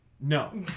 No